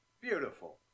beautiful